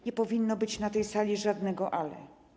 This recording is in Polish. Nie powinno być na tej sali żadnego ale.